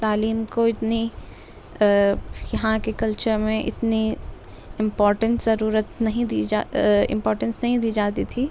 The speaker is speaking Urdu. تعلیم کو اتنی یہاں کے کلچر میں اتنی امپارٹینٹ ضرورت نہیں دی جا امپارٹینس نہیں دی جاتی تھی